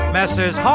Messrs